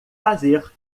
fazer